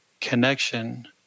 connection